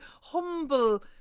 humble